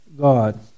God